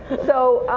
so,